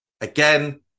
Again